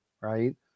right